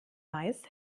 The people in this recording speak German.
weiß